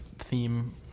theme